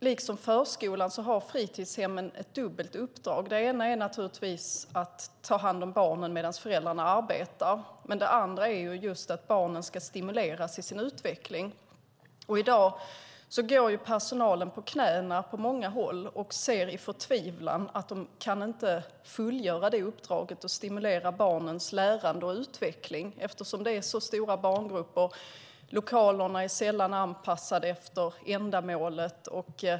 Liksom förskolan har fritidshemmen ett dubbelt uppdrag. Det ena är naturligtvis att ta hand om barnen medan föräldrarna arbetar, och det andra är att barnen ska stimuleras i sin utveckling. I dag går personalen på knäna på många håll och ser i förtvivlan att de inte kan fullgöra uppdraget att stimulera barnens lärande och utveckling eftersom det är så stora barngrupper. Lokalerna är sällan anpassade efter ändamålet.